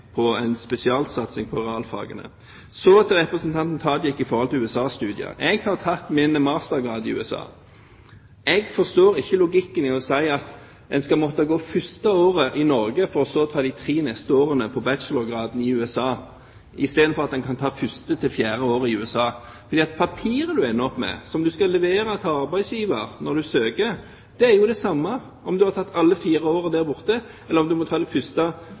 spesialsatsing på realfagene. Så til representanten Tajik når det gjelder USA-studier. Jeg har tatt min mastergrad i USA. Jeg forstår ikke logikken når en sier at en skal måtte gå det første året i Norge for så å ta de tre neste årene av bachelorgraden i USA, istedenfor at en kan ta første til fjerde år i USA. For papiret du ender opp med, som du skal levere til arbeidsgiver når du søker, er jo det samme om du har tatt alle fire årene der borte, eller om du må ta det første her og de